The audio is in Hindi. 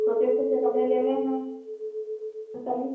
छोटे छोटे कपड़े लेने हैं